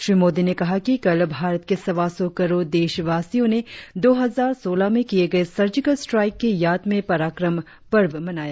श्री मोदी ने कहा कि कल भारत के सवा सौ करोड़ देशवासियों ने दो हजार सौलह में किए गए सर्जिकल स्व्राइक की याद में पराक्रम पर्व मनाया